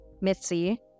Mitzi